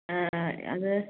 ആ ആ അത്